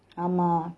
ஆமா:aama